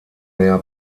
mehr